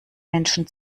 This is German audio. menschen